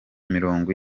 mirongo